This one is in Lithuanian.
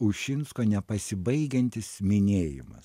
ušinsko nepasibaigiantis minėjimas